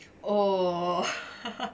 oh